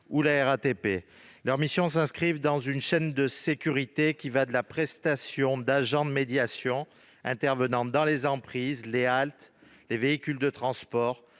ou la RATP. Les missions de ces sociétés s'inscrivent dans une chaîne de sécurité qui va de la prestation d'agent de médiation intervenant dans les emprises, les haltes et les véhicules de transport